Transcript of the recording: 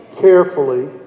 carefully